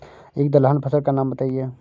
एक दलहन फसल का नाम बताइये